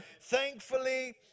Thankfully